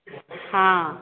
हँ